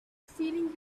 feeling